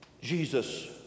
Jesus